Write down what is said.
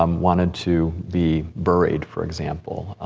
um wanted to be buried, for example,